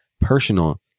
Personal